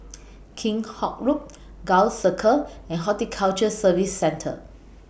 Kheam Hock Road Gul Circle and Horticulture Services Centre